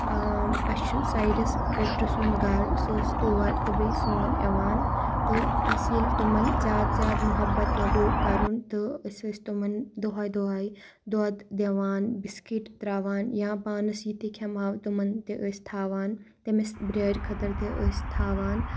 اَسہِ چھُ سایڈَس پیٚترٕ سُنٛد گَرٕ سُہ ٲسۍ تور تہٕ بیٚیہِ سون یِوان تہٕ اَسہِ ییٚلہِ تمَن زیادٕ زیادٕ مُحبت لَگوو کَرُن تہٕ أسۍ ٲسۍ تِمَن دۄہَے دۄہَے دۄد دِوان بِسکِٹ ترٛاوان یا پانَس یِتہِ کھیٚمہَو تِمَن تہِ ٲسۍ تھاوان تٔمِس بیارِ خٲطرٕ تہِ ٲسۍ تھاوان